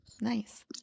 Nice